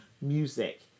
music